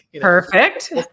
perfect